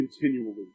continually